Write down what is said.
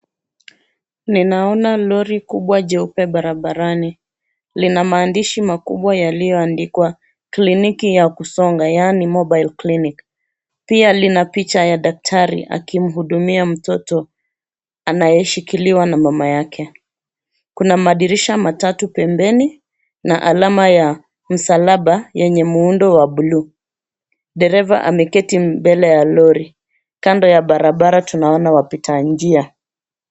Ninaona lori kubwa jeupe barabarani, lina maandishi makubwa yaliyoandikwa, kliniki ya kusonga yaani Mobile Clinic , pia lina picha ya daktari akimhudumia mtoto, anayeshikiliwa na mama yake. Kuna madirisha matatu pembeni, na alama ya, msalaba yenye muundo wa bluu. Dereva ameketi mbele ya lori, kando ya barabara tunaona wapita njia.